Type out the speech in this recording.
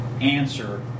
answer